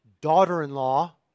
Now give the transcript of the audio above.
daughter-in-law